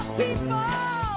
people